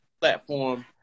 platform